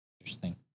Interesting